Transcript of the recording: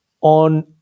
on